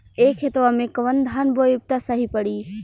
ए खेतवा मे कवन धान बोइब त सही पड़ी?